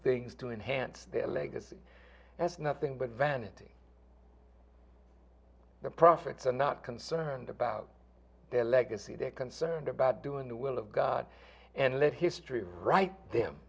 things to enhance their legacy as nothing but vanity the prophets are not concerned about their legacy they're concerned about doing the will of god and let history write them